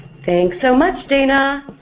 thanks so much, dana!